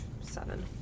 Seven